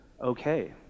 okay